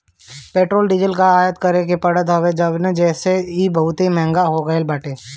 petrol diesel कअ आयात करे के पड़त हवे जेसे इ बहुते महंग हो गईल बाटे